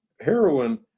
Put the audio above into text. heroin